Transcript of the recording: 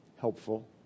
Helpful